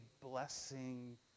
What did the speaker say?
blessing